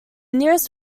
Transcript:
nearest